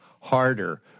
harder